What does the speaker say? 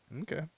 Okay